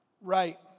Right